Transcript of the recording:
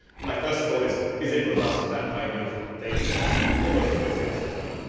my first thought, is is it robust to that kind of data set? and almost always, the answer is no.